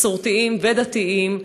מסורתיים ודתיים,